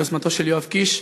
ביוזמתו של יואב קיש.